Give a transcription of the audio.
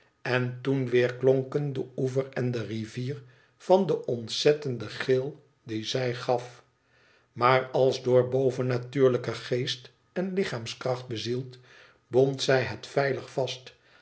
en toen weerklonken de oever en de rivier van den ontzettenden gil dien zij gaf maar als door bovennatuurlijke geest en lichaamskracht bezield bond zij het veilig vast